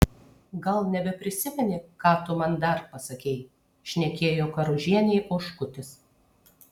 gal nebeprisimeni ką tu man dar pasakei šnekėjo karužienei oškutis